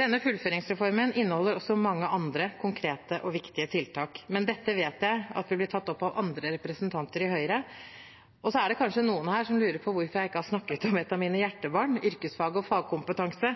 Denne fullføringsreformen inneholder også mange andre konkrete og viktige tiltak, men dette vet jeg at vil bli tatt opp av andre representanter fra Høyre. Så er det kanskje noen her som lurer på hvorfor jeg ikke har snakket om et av mine hjertebarn, yrkesfag og fagkompetanse.